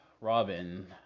Robin